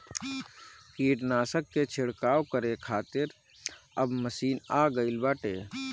कीटनाशक के छिड़काव करे खातिर अब मशीन आ गईल बाटे